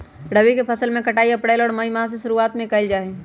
रबी के फसल के कटाई अप्रैल और मई माह के शुरुआत में कइल जा हई